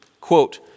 Quote